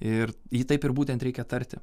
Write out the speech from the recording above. ir jį taip ir būtent reikia tarti